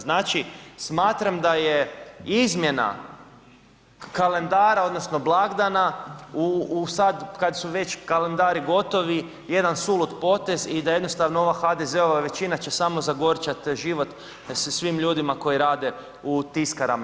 Znači smatram da je izmjena kalendara, odnosno blagdana u sad kada su već kalendari gotovi jedan sulud potez i da jednostavno ova HDZ-ova veličina će samo zagorčati život svim ljudima koji rade u tiskarama.